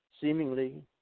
seemingly